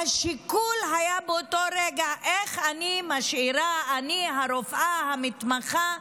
באותו רגע השיקול היה איך אני, הרופאה, המתמחה,